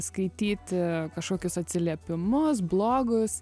skaityti kažkokius atsiliepimus blogus